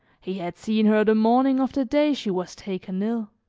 he had seen her the morning of the day she was taken ill.